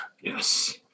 Yes